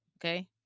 okay